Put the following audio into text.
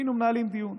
היינו מנהלים דיון.